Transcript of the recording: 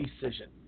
decision